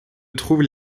trouvent